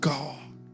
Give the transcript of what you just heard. God